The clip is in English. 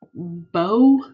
Bo